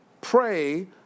pray